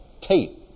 tape